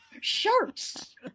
sharks